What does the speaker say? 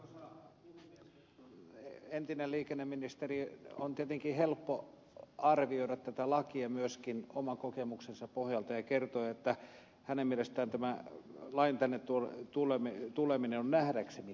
kun on entinen liikenneministeri on tietenkin helppo arvioida tätä lakia myöskin oman kokemuksensa pohjalta ja kertoa että hänen mielestään lain tänne tuleminen on nähdäkseni virhe